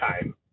time